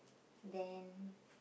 then